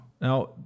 Now